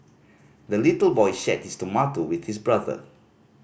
the little boy shared his tomato with his brother